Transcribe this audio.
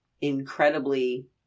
incredibly